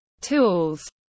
Tools